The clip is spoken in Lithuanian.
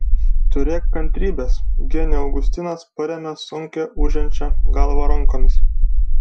turėk kantrybės gene augustinas parėmė sunkią ūžiančią galvą rankomis